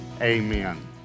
amen